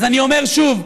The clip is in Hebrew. אז אני אומר שוב,